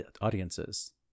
audiences